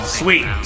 sweet